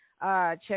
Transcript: Check